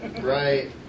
Right